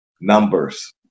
Numbers